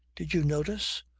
did you notice?